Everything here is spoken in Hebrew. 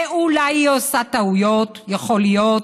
ואולי היא עושה טעויות, יכול להיות,